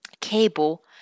Cable